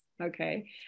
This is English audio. okay